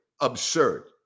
absurd